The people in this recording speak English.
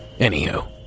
Anywho